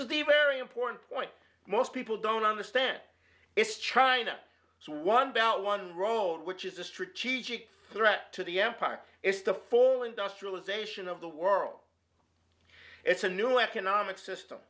is the very important point most people don't understand is china one bout one road which is a strategic threat to the empire it's the full industrialization of the world it's a new economic system